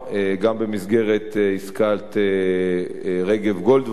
גם במסגרת עסקת רגב-גולדווסר